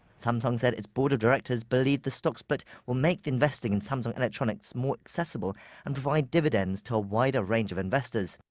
samsung said its board of directors believes the stock split will make investing in samsung electronics more accessible and provide dividends to a wider range of investors.